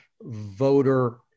voter